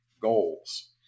goals